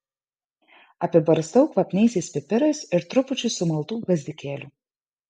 apibarstau kvapniaisiais pipirais ir trupučiu sumaltų gvazdikėlių